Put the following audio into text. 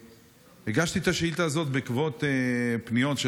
הגשתי את השאילתה הזאת בעקבות פניות של